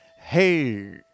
Hey